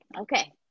Okay